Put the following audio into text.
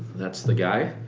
that's the guy.